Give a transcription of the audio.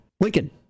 Lincoln